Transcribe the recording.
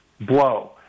blow